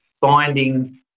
finding